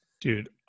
Dude